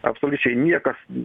absoliučiai niekas į